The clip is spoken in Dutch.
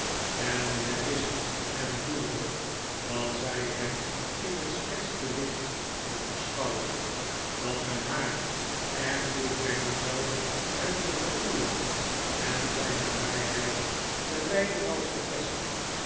en nu hij wist en voelde dat zij hem in het slechtste licht moest beschouwen dat men haar er toe brengen zou hem te verfoeien en zijn nabijheid te mijden als de pest